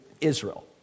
Israel